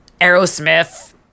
Aerosmith